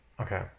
Okay